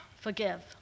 Forgive